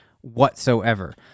whatsoever